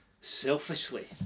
selfishly